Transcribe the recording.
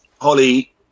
Holly